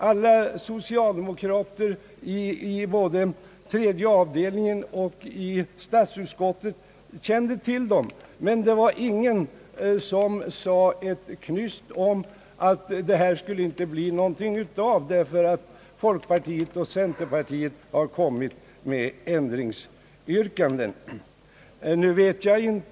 Alla socialdemokrater i tredje avdelningen och inom statsutskottet i övrigt kände till dem, men ingen sade ett knyst om att det inte skulle bli någonting av med den nya lagstiftningen på grund av det framförda ändringsyrkandet.